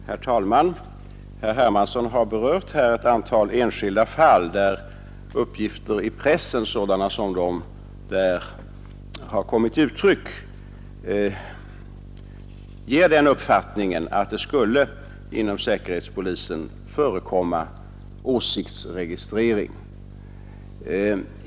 Herr talman! Herr Hermansson har berört ett antal enskilda fall där uppgifter i pressen gett uppfattningen att det inom säkerhetspolisen skulle förekomma åsiktsregistrering.